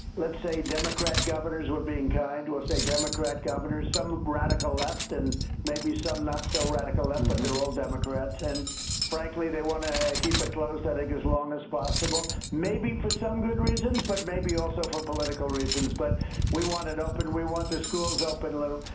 let's say democrat governors, we're being kind, we'll say democrat governors. some radical left and maybe some not so radical left, but they're all democrats. and frankly, they want to keep it closed, i think, as long as possible. maybe for some good reasons but maybe also for political reasons. but we want it opened. we want the schools open, lou.